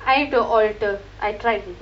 I have to alter I try to do